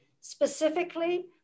specifically